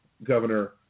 Governor